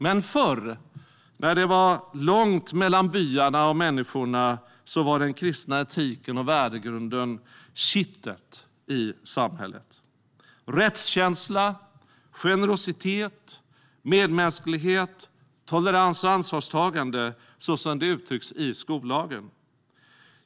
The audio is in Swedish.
Men förr, när det var långt mellan byarna och människorna, var den kristna etiken och värdegrunden kittet i samhället - rättskänsla, generositet, medmänsklighet, tolerans och ansvarstagande, så som det uttrycks i skollagen.